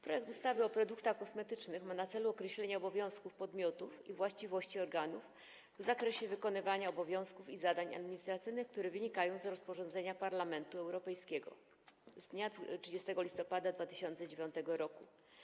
Projekt ustawy o produktach kosmetycznych ma na celu określenie obowiązków podmiotów i właściwości organów w zakresie wykonywania obowiązków i zadań administracyjnych, które wynikają z rozporządzenia Parlamentu Europejskiego z dnia 30 listopada 2009 r.